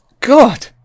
God